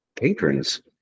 patrons